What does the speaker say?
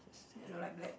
you don't like black